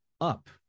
up